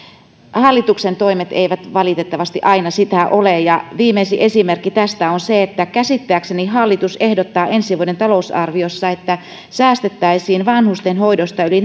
hallituksen toimet eivät valitettavasti aina sitä ole ja viimeisin esimerkki tästä on se että käsittääkseni hallitus ehdottaa ensi vuoden talousarviossa että säästettäisiin vanhustenhoidosta yli